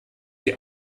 die